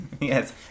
Yes